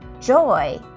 joy